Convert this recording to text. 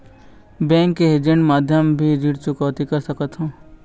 Bank के agent माध्यम भी ऋण चुकौती कर सकथों?